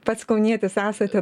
pats kaunietis esate